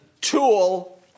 tool